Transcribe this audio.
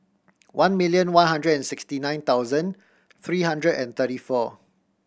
one million one hundred and sixty nine thousand three hundred and thirty four